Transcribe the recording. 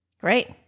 Great